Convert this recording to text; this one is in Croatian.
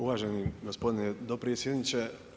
Uvaženi gospodine dopredsjedniče.